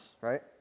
right